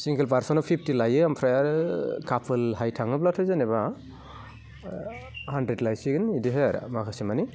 सिंगोल फारसनाव फिफथि लायो ओमफ्राय आरो काफोलहाय थाङोब्लाथाय जेनेबा हानद्रेद लासिगोन बिदि हो माखासे माने